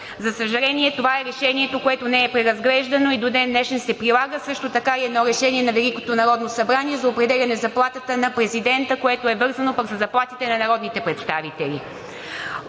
За съжаление, това е решението, което не е преразглеждано и до ден днешен се прилага. Също така и едно решение на Великото народно събрание за определяне заплатата на президента, което е вързано пък със заплатите на народните представители.